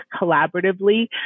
collaboratively